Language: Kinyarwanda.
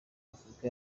afurika